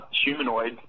humanoid